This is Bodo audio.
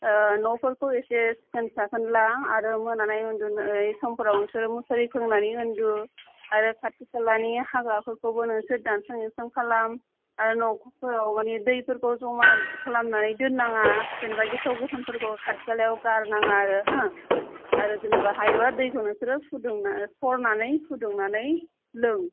ओ न'फोरखौ नोंसोरो एसे सिखोन साखोन ला मोननाय उन्दुनाय समफोराव नोंसोर मुसारि खोंनानै उन्दु आरो खाथि खालानि हाग्राफोरखौबो नोंसोर दानस्रान दुनस्रां खालाम आरो नफोराव मानि दैफोरखौ जमा खालामनानै दोननाङा जेन'बा गेसाव गोफोनफोरखौ खाथि खालायाव गारनाङा आरो हो आरो हायोबा दैखौ नोंसोर फुदुंनानै सरनानै फुदुंनानो लों